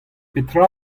petra